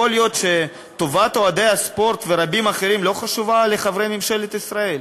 יכול להיות שטובת אוהדי הספורט ורבים אחרים לא חשובה לחברי ממשלת ישראל?